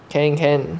can can